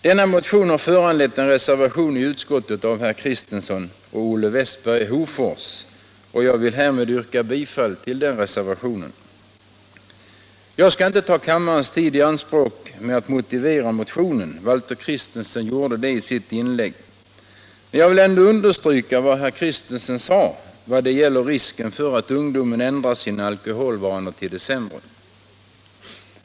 Denna motion har föranlett en reservation i utskottet av herrar Kristenson och Westberg i Hofors, och jag vill härmed yrka bifall till den reservationen. Jag skall inte ta kammarens tid i anspråk med att motivera motionen. Valter Kristenson gjorde det i sitt inlägg, och jag vill bara understryka vad han sade om risken för att ungdomen ändrar sina alkoholvanor till det sämre.